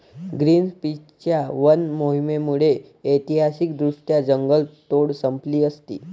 ग्रीनपीसच्या वन मोहिमेमुळे ऐतिहासिकदृष्ट्या जंगलतोड संपली असती